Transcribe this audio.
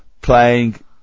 playing